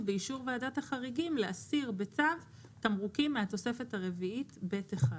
באישור ועדת החריגים להסיר בצו תמרוקים מהתוספת הרביעית ב'1.